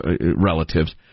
relatives